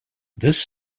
this